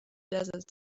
desert